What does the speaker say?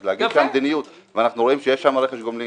אז להגיד שהמדיניות ואנחנו רואים שיש שם רכש גומלין